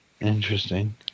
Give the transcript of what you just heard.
Interesting